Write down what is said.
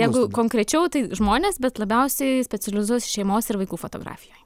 jeigu konkrečiau tai žmones bet labiausiai specializuojuos šeimos ir vaikų fotografijoj